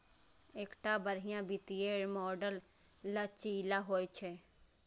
एकटा बढ़िया वित्तीय मॉडल लचीला होइ छै